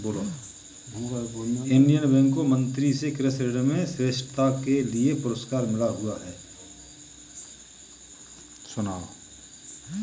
Indian bank को मंत्री से कृषि ऋण में श्रेष्ठता के लिए पुरस्कार मिला हुआ हैं